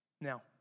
Now